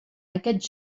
aquests